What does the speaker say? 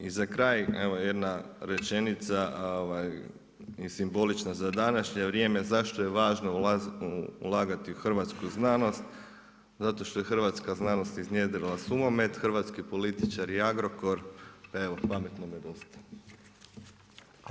I za kraj, evo jedna rečenica i simbolična za današnje vrijeme, za što je važno ulagati u hrvatsku znanost, zašto što je hrvatska znanost iznjedrila Sumamed, hrvatski političari Agrokor, pa evo, pametnome dosta.